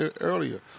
earlier